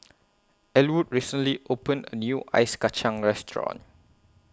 Ellwood recently opened A New Ice Kacang Restaurant